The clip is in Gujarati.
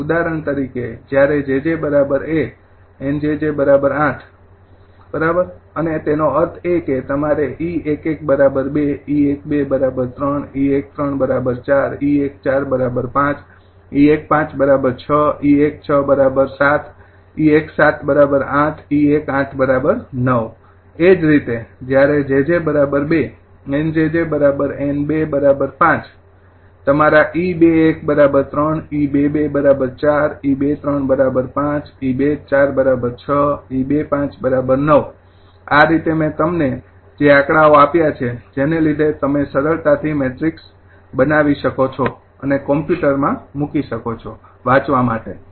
ઉદાહરણ તરીકે જ્યારે 𝑗𝑗 ૧ 𝑁 𝑗𝑗 ૮ બરાબર અને તેનો અર્થ એ કે તમારા 𝑒૧૧ ૨ e૧૨ ૩ e૧૩ ૪ 𝑒૧૪ ૫ 𝑒૧૫ ૬ 𝑒૧૬ ૭ 𝑒૧૭ ૮ 𝑒૧૮ ૯ એ જ રીતે જ્યારે 𝑗𝑗 ૨ 𝑁 𝑗𝑗 𝑁 ૨ ૫ બરાબર તમારા 𝑒૨૧ ૩ 𝑒૨૨ ૪ 𝑒૨૩ ૫ 𝑒૨૪ ૬ 𝑒૨૫ ૯ આ રીતે મેં તમને જે આકડાઓ આપ્યા છે જેના લીધે તમે સરળતાથી મેટ્રિક્સ બનાવી શકો છો અને કમ્પ્યુટરમાં મૂકી શકો છો વાંચવા માટે